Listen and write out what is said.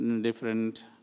different